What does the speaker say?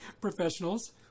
professionals